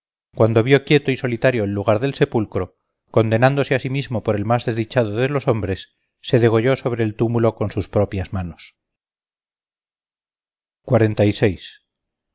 cuando vio quieto y solitario el lugar del sepulcro condenándose a sí mismo por el más desdichado de los hombres se degolló sobre el túmulo con sus propias manos creso tras